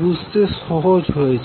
বুঝতে এখন সহজ হয়েছে